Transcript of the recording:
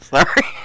Sorry